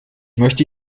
möchte